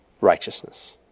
righteousness